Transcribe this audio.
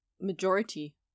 majority